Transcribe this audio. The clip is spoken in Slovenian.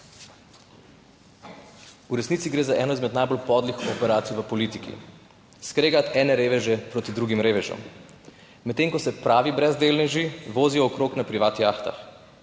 V resnici gre za eno izmed najbolj podlih operacij v politiki, skregati ene reveže proti drugim revežem, medtem ko se pravi brezdelneži vozijo okrog na privat jahtah.